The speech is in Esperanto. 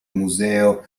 muzeo